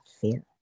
fear